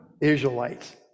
Israelites